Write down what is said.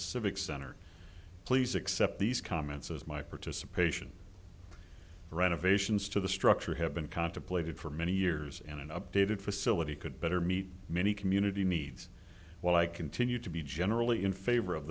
civic center please accept these comments as my participation renovations to the structure have been contemplated for many years and an updated facility could better meet many community needs while i continue to be generally in favor of